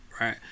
right